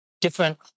different